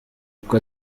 uko